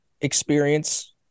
Experience